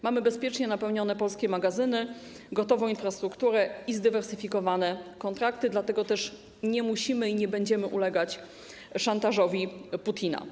Mamy bezpiecznie napełnione polskie magazyny, gotową infrastrukturę i zdywersyfikowane kontrakty, dlatego też nie musimy i nie będziemy ulegać szantażowi Putina.